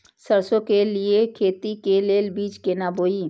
सरसों के लिए खेती के लेल बीज केना बोई?